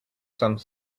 some